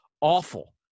awful